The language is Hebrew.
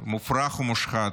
מופרך ומושחת,